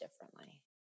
differently